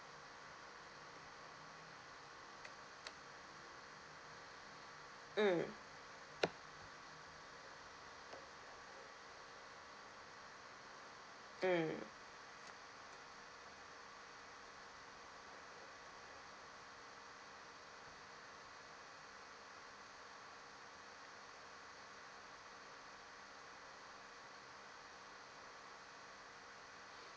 mm mm